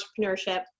entrepreneurship